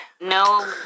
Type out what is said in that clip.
No